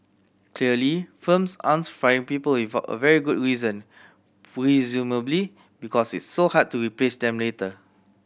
clearly firms aren't firing people without a very good reason presumably because it's so hard to replace them later